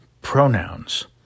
pronouns